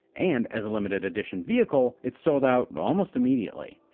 and as a limited-edition vehicle, it sold out almost immediately.